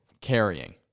carrying